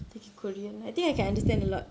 taking korean I think I can understand a lot